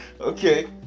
Okay